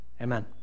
Amen